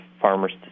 farmers